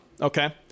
Okay